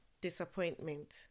Disappointment